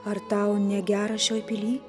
ar tau negera šioj pily